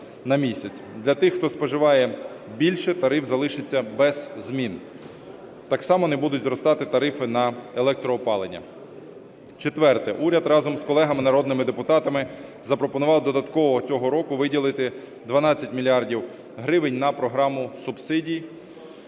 Для тих хто споживає більше, тариф залишиться без змін. Так само не будуть зростати тарифи на електроопалення. Четверте. Уряд разом з колегами народними депутатами запропонував додатково цього року виділити 12 мільярдів гривень на програму субсидій.